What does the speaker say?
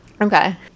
okay